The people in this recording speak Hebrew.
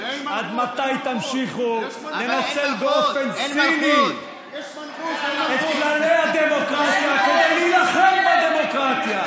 עד מתי תמשיכו לנצל באופן ציני את כללי הדמוקרטיה כדי להילחם בדמוקרטיה?